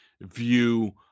view